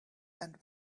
and